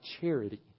charity